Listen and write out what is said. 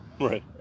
right